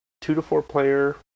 two-to-four-player